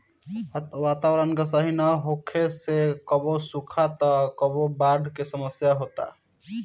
वातावरण के सही ना होखे से कबो सुखा त कबो बाढ़ के समस्या होता